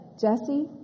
Jesse